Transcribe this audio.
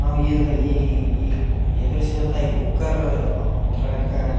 ನಾವು ಈ ಈ ಈ ಎದ್ರಿಸುವಂಥ ಈ ಕುಕ್ಕರ್ ಅವ್ಗಡಕ್ಕೆ